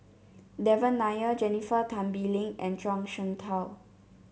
Devan Nair Jennifer Tan Bee Leng and Zhuang Shengtao